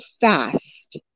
fast